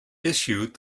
issued